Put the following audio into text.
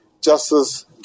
Justice